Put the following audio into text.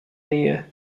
nähe